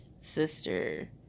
sister